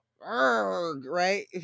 right